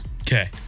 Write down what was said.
Okay